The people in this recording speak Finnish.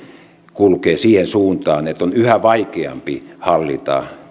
kulkee siihen suuntaan että on yhä vaikeampi hallita